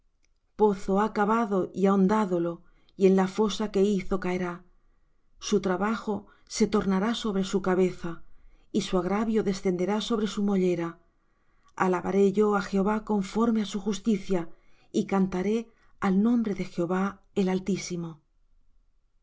pozo ha cavado y ahondádolo y en la fosa que hizo caerá su trabajo se tornará sobre su cabeza y su agravio descenderá sobre su mollera alabaré yo á jehová conforme á su justicia y cantaré al nombre de jehová el altísimo